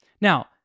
Now